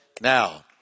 Now